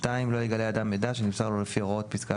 (2) לא יגלה אדם מידע שנמסר לו לפי הוראות פסקה